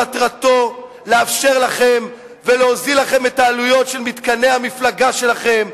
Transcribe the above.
במטרתו לאפשר לכם ולהוזיל לכם את העלויות של מתקני המפלגה שלכם,